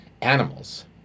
animals